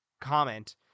comment